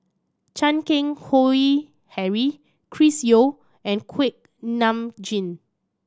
Chan Keng Howe Harry Chris Yeo and Kuak Nam Jin